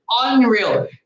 unreal